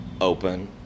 open